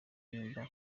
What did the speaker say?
mihanda